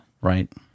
right